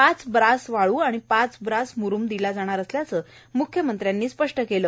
पाच ब्रास वाळू आणि पाच ब्रास मुरुमही दिला जाईल असेही मुख्यमंत्र्यांनी स्पष्ट केलं